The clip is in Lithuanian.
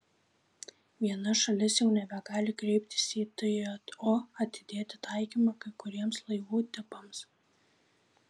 viena šalis jau nebegali kreiptis į tjo atidėti taikymą kai kuriems laivų tipams